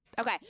Okay